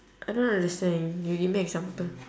I don't understand you give me example